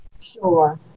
Sure